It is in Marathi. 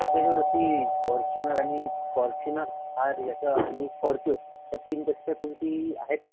आता जेवढं सी फॉर्च्युनर आणि फॉर्च्युनर आर याच्या आणि फॉर्चू या तीनपेक्षा कोणती आहे का